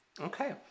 Okay